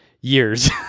years